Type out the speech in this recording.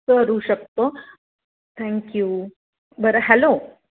करू शकतो थँक्यू बरं हॅलो